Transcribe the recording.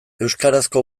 euskarazko